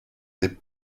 des